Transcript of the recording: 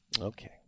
Okay